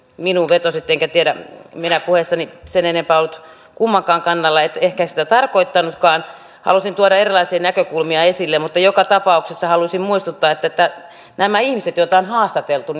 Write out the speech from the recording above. minuun vetosit enkä tiedä minä puheessani en sen enempää ollut kummankaan kannalla että ehkä en sitä tarkoittanutkaan halusin tuoda erilaisia näkökulmia esille mutta joka tapauksessa halusin muistuttaa että että näistä ihmisistä joita on haastateltu